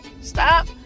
Stop